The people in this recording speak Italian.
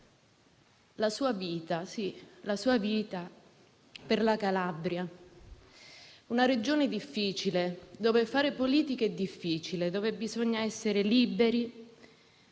la sua vita - per la Calabria, una Regione difficile, dove fare politica è difficile e dove bisogna essere liberi